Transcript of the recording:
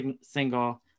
single